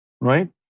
right